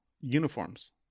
uniforms